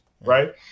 right